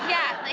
yeah, like